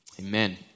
Amen